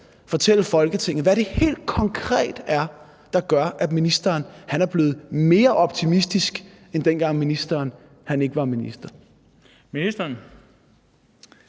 fortælle Folketinget, hvad det helt konkret er, der gør, at ministeren er blevet mere optimistisk end dengang, ministeren ikke var minister?